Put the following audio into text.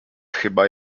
chyba